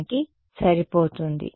విద్యార్థి మెటీరియల్ లక్షణాలు మారాయి